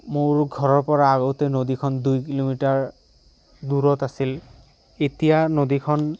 মোৰ ঘৰৰ পৰা আগতে নদীখন দুই কিলোমিটাৰ দূৰত আছিল এতিয়া নদীখন